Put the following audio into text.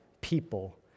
people